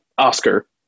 oscar